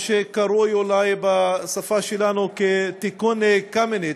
מה שקרוי אולי בשפה שלנו "תיקון קמיניץ",